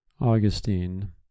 Augustine